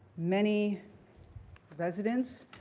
many residents,